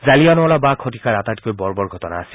জালিনৱালা বাগ শতিকাৰ আটাইতকৈ বৰ্বৰ ঘটনা আছিল